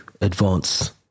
advance